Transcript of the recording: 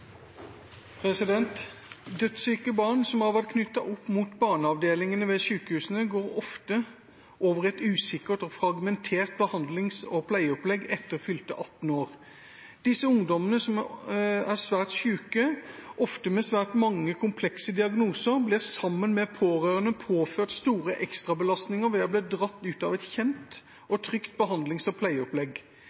fragmentert behandlings- og pleieopplegg etter fylte 18 år. Disse ungdommene, som er svært syke, ofte med svært mange komplekse diagnoser, blir sammen med pårørende påført store ekstrabelastninger ved å bli dratt ut av et kjent og trygt behandlings- og pleieopplegg.